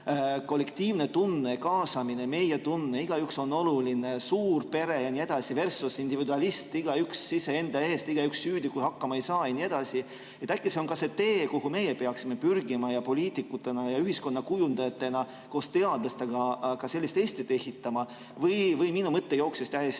kollektiivne tunne, kaasamine, meie-tunne, kus igaüks on oluline, suur pere jneversusindividualism, igaüks iseenda eest, igaüks süüdi, kui hakkama ei saa jne. Äkki see on ka see tee, kuhu meie peaksime pürgima ja poliitikutena ja ühiskonna kujundajatena koos teadlastega ka sellist Eestit ehitama? Või jooksis minu